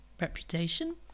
reputation